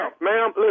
ma'am